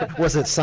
but was it signed,